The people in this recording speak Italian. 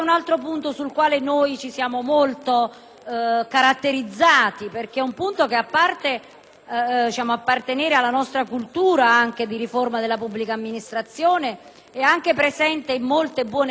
perché, oltre ad appartenere alla nostra cultura di riforma della pubblica amministrazione, è anche presente in molte buone prassi di alcune nostre amministrazioni